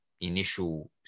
initial